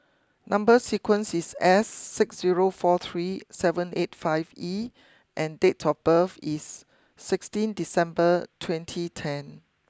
number sequence is S six zero four three seven eight five E and date of birth is sixteen December twenty ten